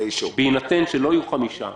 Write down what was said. אם לא יהיו חמישה,